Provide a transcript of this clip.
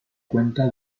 cuenta